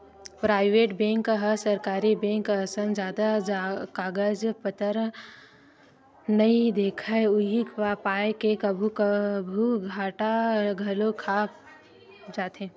private bank ह सरकारी bank असन जादा कागज पतर नइ देखय उही पाय के कभू कभू घाटा घलोक खा जाथे